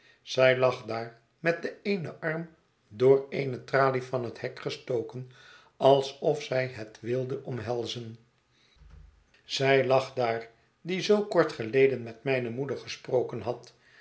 zij lag daar met den eenen arm door eene tralie van het hek gestoken alsof zij het wilde omhelzen zij lag daar die zoo kort geleden met mijne moeder gesproken had